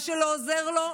מה שלא עוזר לו,